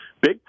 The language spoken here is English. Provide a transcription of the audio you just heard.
big